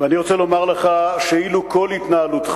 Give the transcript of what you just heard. אני רוצה לומר לך שאילו כל התנהלותך